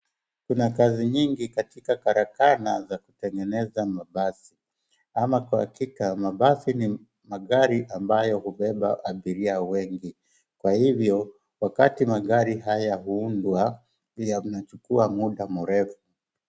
Kuna kazi nyingi katika karakana za kutengeneza mabasi, ama kwa hakika mabasi ni magari ambayo hubeba abiria wengi. Kwa hivyo wakati magari haya huundwa, yanachukua muda mrefu.